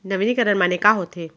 नवीनीकरण माने का होथे?